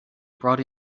brought